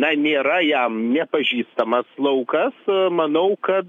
na nėra jam nepažįstamas laukas manau kad